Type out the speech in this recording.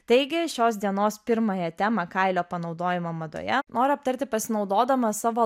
taigi šios dienos pirmąją temą kailio panaudojimo madoje noriu aptarti pasinaudodama savo